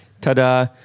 ta-da